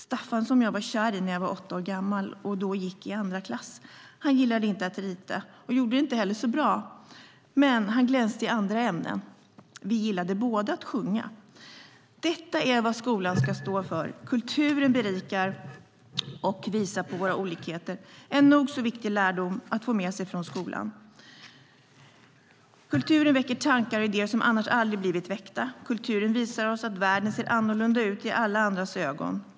Staffan som jag var kär i när jag var åtta år gammal och gick i andra klass gillade inte att rita och gjorde det inte heller så bra. Men han glänste i andra ämnen. Vi gillade båda att sjunga. Detta är vad skolan ska stå för. Kulturen berikar och visar på våra olikheter - en nog så viktig lärdom att få med sig från skolan. Kulturen väcker tankar och idéer som annars aldrig hade blivit väckta. Kulturen visar oss att världen ser annorlunda ut i alla andras ögon.